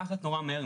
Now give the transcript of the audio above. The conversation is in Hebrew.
מתפתחת מהר אמוד,